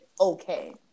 okay